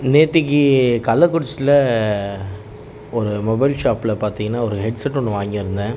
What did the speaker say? நேற்றைக்கி கள்ளக்குறிச்சியில் ஒரு மொபைல் ஷாப்பில் பார்த்தீங்கன்னா ஒரு ஹெட்செட் ஒன்று வாங்கியிருந்தேன்